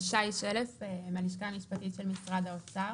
שי שלף מהלשכה המשפטית של משרד האוצר,